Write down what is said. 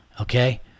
okay